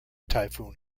typhoon